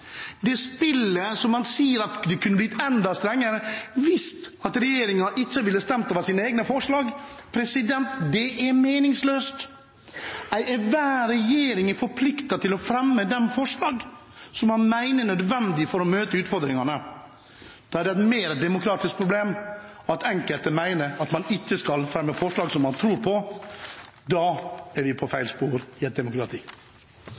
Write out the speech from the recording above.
det spillet hvor man sier at det kunne blitt enda strengere hvis regjeringen ikke ville stemt over sine egne forslag. Det er meningsløst. Enhver regjering er forpliktet til å fremme de forslag som man mener er nødvendig for å møte utfordringene. Det er mer et demokratisk problem at enkelte mener at man ikke skal fremme forslag som man tror på. Da er vi på feil spor i et demokrati.